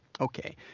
Okay